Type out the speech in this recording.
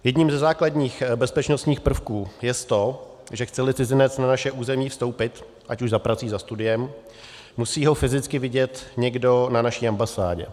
Jedním ze základních bezpečnostních prvků je to, že chceli cizinec na naše území vstoupit ať už za prací, za studiem, musí ho fyzicky vidět někdo na naší ambasádě.